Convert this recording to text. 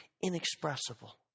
inexpressible